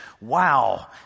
wow